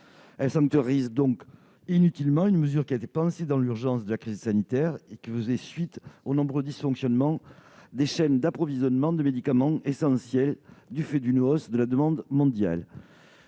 Elle sanctuarise donc inutilement une mesure qui a été pensée dans l'urgence de la crise sanitaire, en réponse aux nombreux dysfonctionnements des chaînes d'approvisionnement de médicaments essentiels provoqués par la hausse de la demande mondiale.